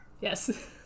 Yes